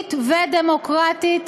יהודית ודמוקרטית,